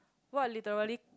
what literally